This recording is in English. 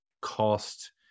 cost